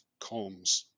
comms